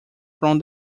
from